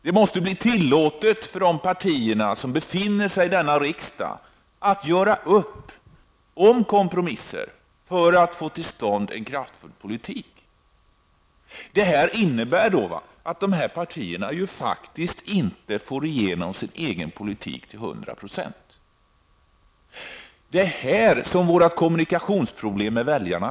Det måste bli tillåtet för partierna i denna riksdag att kompromissa för att få till stånd en kraftfull politik. Det innebär att partierna inte till hundra procent kan föra sin egen politik. Det är detta som skapar våra kommunikationsproblem med väljarna.